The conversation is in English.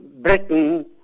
Britain